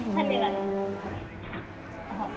धन्यवाद हो